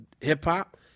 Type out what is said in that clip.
hip-hop